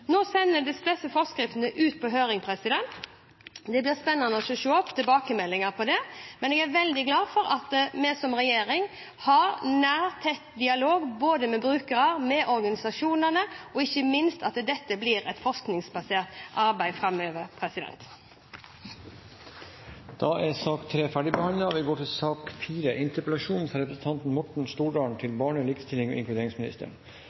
Nå sendes disse forskriftene ut på høring. Det blir spennende å se tilbakemeldingene på dette, men jeg er veldig glad for at vi som regjering har nær og tett dialog med både brukerne og organisasjonene – og ikke minst at dette blir et forskningsbasert arbeid framover. Debatten i sak nr. 3 er avsluttet. Antallet omsorgsovertakelser stiger hvert eneste år. Fra 2008 til 2012 steg antallet årlige omsorgstiltak fra